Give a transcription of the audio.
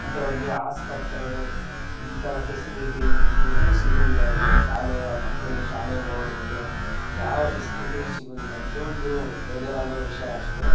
ಮತ್ತು ಅವ್ರಿಗೆ ಆಸ್ಪತ್ರೆ ಈ ಥರ ಫೆಸಿಲಿಟಿ ಏನು ಸಿಗುದಿಲ್ಲ ಅವ್ರಿಗೆ ಶಾಲೆ ಅವ್ರ ಮಕ್ಕಳಿಗೆ ಶಾಲೆಗೆ ಹೋಗೋದಕ್ಕೆ ಯಾವ ಫೆಸಿಲಿಟಿನೂ ಸಿಗುದಿಲ್ಲ ಇದೊಂದು ಬೇಜಾರು ಆಗೊ ವಿಷಯ ಅಷ್ಟೆ